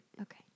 Okay